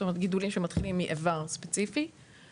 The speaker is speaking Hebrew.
זאת אומרת גידולים שמתחילים מאיבר ספציפי,